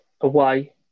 away